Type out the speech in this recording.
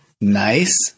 Nice